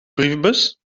brievenbus